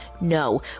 no